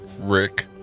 Rick